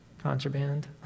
Contraband